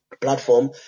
platform